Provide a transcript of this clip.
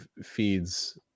feeds